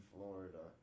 Florida